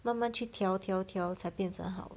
慢慢去调调调才变成好